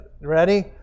Ready